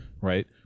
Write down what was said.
right